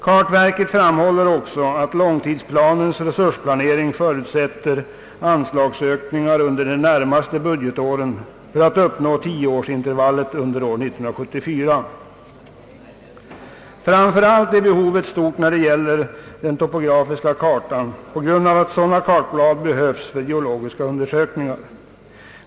Kartverket framhåller också att långtidsplanens resursplanering förutsätter anslagsökningar under de närmaste budgetåren för att tioårsintervallet skall uppnås under år 1974. Framför allt är behovet stort vad beträffar den topografiska kartan på grund av att sådana kartblad behövs för geologiska undersökningar.